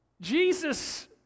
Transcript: Jesus